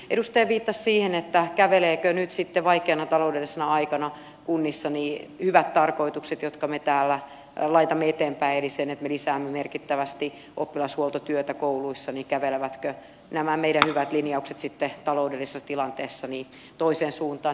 edustaja viittasi siihen kävelevätkö nyt sitten vaikeana taloudellisena aikana kunnissa hyvät tarkoitukset jotka me täällä laitamme eteenpäin eli että me lisäämme merkittävästi oppilashuoltotyötä kouluissa kävelevätkö nämä merellä linjaukset sitten taloudellisessa tilanteessani toiseen suuntaan